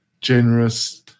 generous